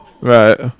right